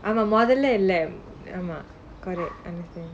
ஆனா மொதல்ல இல்ல ஆமா:aana mothalla illa aamaa correct